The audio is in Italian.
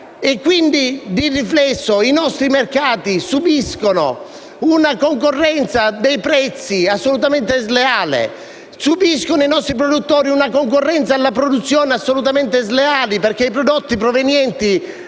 quindi di riflesso i nostri mercati subiscono una concorrenza dei prezzi assolutamente sleale? I nostri produttori subiscono cioè una concorrenza assolutamente sleale, perché i prodotti provenienti